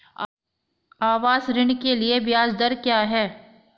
आवास ऋण के लिए ब्याज दर क्या हैं?